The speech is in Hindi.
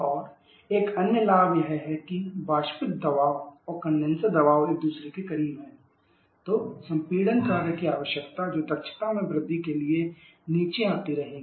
और एक अन्य लाभ यह है कि वाष्पित दबाव और कंडेनसर दबाव एक दूसरे के करीब हैं तो संपीड़न कार्य की आवश्यकता जो दक्षता में वृद्धि के लिए नीचे आती रहेगी